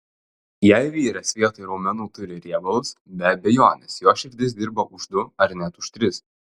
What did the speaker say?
jei vyras vietoj raumenų turi riebalus be abejonės jo širdis dirba už du ar net už tris